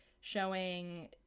showing